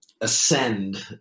ascend